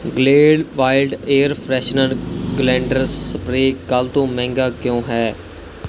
Glade wild air freshener ਗਲੈਂਡਰ spray ਕੱਲ੍ਹ ਤੋਂ ਮਹਿੰਗਾ ਕਿਉਂ ਹੈ